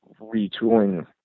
retooling